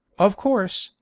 of course,